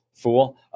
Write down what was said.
fool